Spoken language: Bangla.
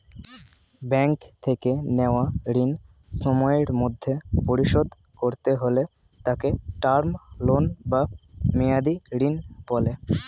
ব্যাঙ্ক থেকে নেওয়া ঋণ সময়ের মধ্যে পরিশোধ করতে হলে তাকে টার্ম লোন বা মেয়াদী ঋণ বলে